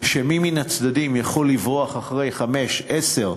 לכך שמי מן הצדדים יכול לברוח אחרי חמש, עשר,